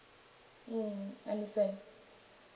mm understand